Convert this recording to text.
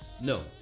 No